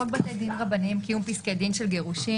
חוק בתי דין רבניים (קיום פסקי דין של גירושין)